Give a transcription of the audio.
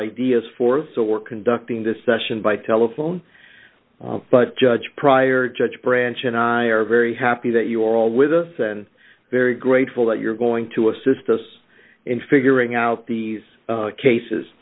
ideas forth so we're d conducting this session by telephone but judge pryor judge branch and i are very happy that you're all with us and very grateful that you're going to d assist us in figuring out these cases